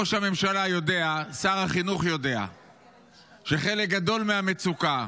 ראש הממשלה יודע ושר החינוך יודע שחלק גדול מהמצוקה,